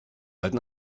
halten